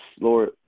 Lord